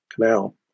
canal